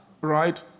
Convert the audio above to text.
Right